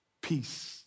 Peace